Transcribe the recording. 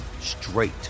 straight